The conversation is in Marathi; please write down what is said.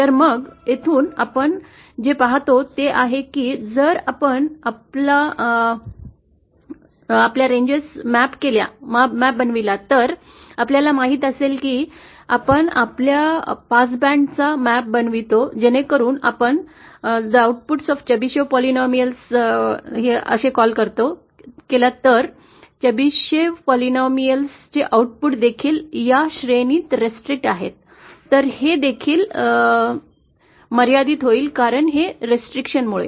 तर मग येथून आपण जे पाहतो ते हे आहे की जर आपण आपल्यारेंजचा नकाशा बनविला तर आपल्याला माहित असेल की आपण आपल्या पास बँडचा नकाशा बनवितो जेणेकरून आपण the output of Chebyshev polynomials call केला तर चेबिशेव्ह बहुपदांचे उत्पादन देखील या श्रेणीत प्रतिबंधित आहे तर ते देखील मर्यादित होईल कारण हे निर्बंधा मुळे